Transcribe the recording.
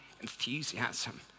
enthusiasm